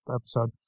episode